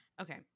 Okay